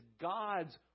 God's